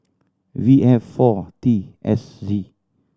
V F four T S Z